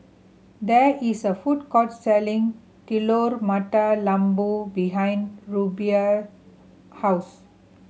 there is a food court selling Telur Mata Lembu behind Rubye house